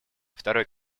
второй